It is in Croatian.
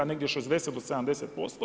Negdje 60 do 70%